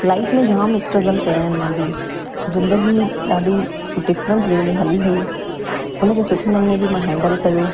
life में जाम struggle कया आहिनि मां बि ज़िंदगी ॾाढी डिफ्रेंट वे में हली हुई उन खे सुठे नमूने बि मां हैंडल कयो